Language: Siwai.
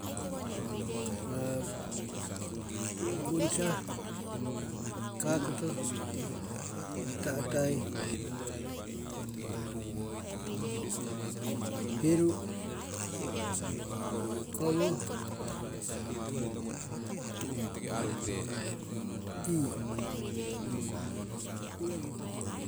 Kungsa, kakoto, ta'tai, hiru, komu, i- i